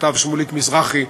שמוליק מזרחי,